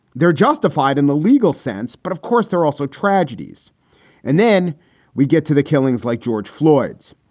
they're justified in the legal sense. but, of course, there are also tragedies and then we get to the killings like george floyds,